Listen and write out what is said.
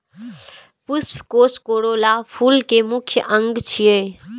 पुष्पकोष कोरोला फूल के मुख्य अंग छियै